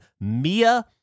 Mia